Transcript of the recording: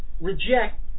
reject